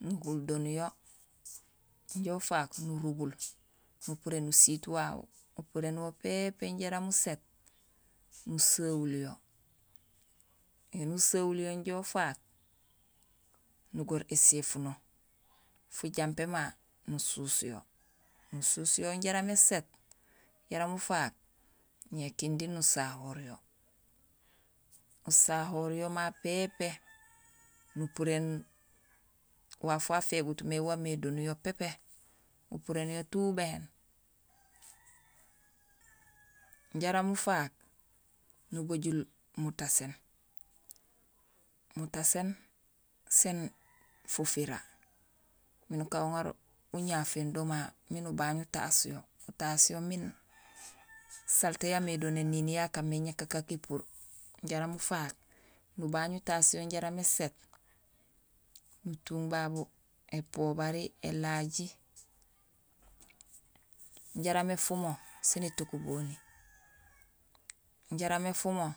nuhuldo niyo injo ufaak nurubul, nupuréén usiit wawu, upuréén wo pépé jaraam uséét, nusahul yo. Ēni usahul jo ufaak, nugoor éséfuno, fujampé ma nusuus yo, nusuus yo jaraam éséét, jaraam ufaak, ñé kinding nusahoor yo. Nusahoor yo ma pépé, nupuréén waaf wafégutmé wando mé niyo pépé, nupuréén yo tout ubéén, jaraam ufaak, nubajul mutaséén, mutaséén sén fufira miin nak uŋaar uñaféén do ma miin utaas yo, utaas yo miin salté yaamé do néniin ya kaamé ñakakaak épuur, jaraam ufaak nubaaŋ utaas yo jaraam éséét, nutung babu épobari, élaji jaraam éfumo, sén étakabeni jaraam éfumo